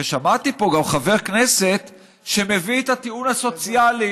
ושמעתי פה גם חבר כנסת שמביא את הטיעון הסוציאלי: